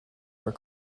were